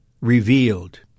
revealed